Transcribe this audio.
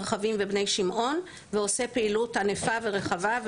מרחבים ובני שמעון ועושה פעילות ענפה ורחבה.